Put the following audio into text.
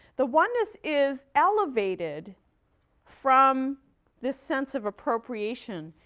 the oneness is elevated from this sense of appropriation,